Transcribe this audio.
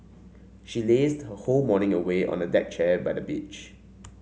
she lazed her whole morning away on a deck chair by the beach